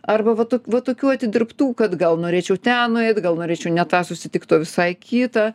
arba va to va tokių atidirbtų kad gal norėčiau ten nueit gal norėčiau ne tą susitikt o visai kitą